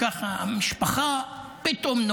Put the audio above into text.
ככה פתאום,